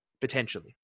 potentially